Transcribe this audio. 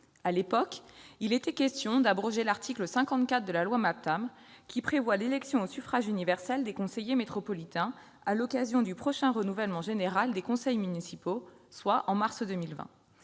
À l'époque, il était question d'abroger l'article 54 de la loi Maptam, qui prévoit l'élection au suffrage universel des conseillers métropolitains à l'occasion du prochain renouvellement général des conseils municipaux, soit au mois de